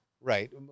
Right